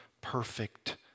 perfect